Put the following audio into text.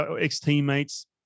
ex-teammates